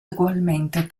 egualmente